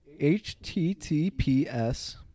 HTTPS